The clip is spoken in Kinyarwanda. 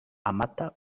amata